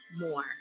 more